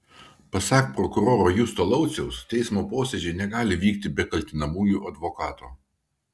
pasak prokuroro justo lauciaus teismo posėdžiai negali vykti be kaltinamųjų advokato